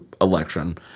election